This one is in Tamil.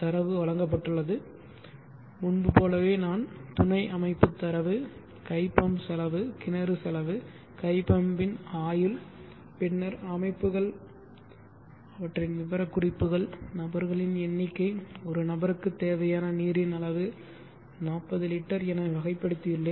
தரவு வழங்கப்பட்டுள்ளது முன்பு போலவே நான் துணை அமைப்பு தரவு கை பம்ப் செலவு கிணறு செலவு கை பம்பின் ஆயுள் பின்னர் அமைப்புகள் விவரக்குறிப்புகள் நபர்களின் எண்ணிக்கை ஒரு நபருக்கு தேவையான நீரின் அளவு 40 லிட்டர் என வகைப்படுத்தியுள்ளேன்